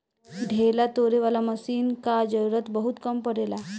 ढेला तोड़े वाला मशीन कअ जरूरत बहुत कम पड़ेला